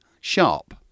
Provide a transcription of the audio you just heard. sharp